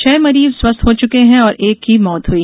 छह मरीज स्वस्थ हो चुके हैं और एक की मौत हुई